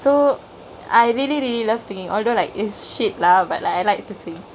so I really really love singkingk although it's shit lah but like I like to singk